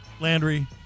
Landry